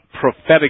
prophetic